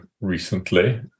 recently